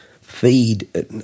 feed